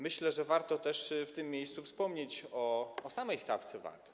Myślę, że warto też w tym miejscu wspomnieć o samej stawce VAT.